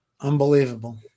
Unbelievable